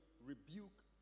rebuke